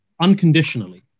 unconditionally